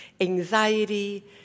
anxiety